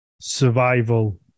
survival